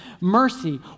mercy